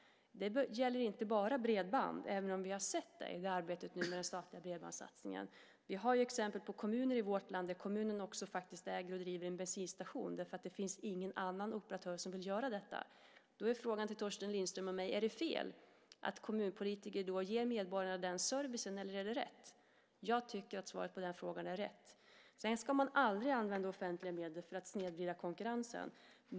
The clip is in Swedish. Det gäller inte bara bredband, även om vi har sett det i arbetet nu med den statliga bredbandssatsningen. Vi har exempel på kommuner i vårt land där kommunen också äger och driver en bensinstation därför att det inte finns någon annan operatör som vill göra det. Frågan till Torsten Lindström och mig är: Är det fel eller rätt att kommunpolitiker då ger medborgarna den servicen? Jag tycker att svaret på den frågan är att det är rätt. Man ska aldrig använda offentliga medel för att snedvrida konkurrensen.